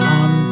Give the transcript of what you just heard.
on